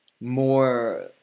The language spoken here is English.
more